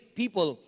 people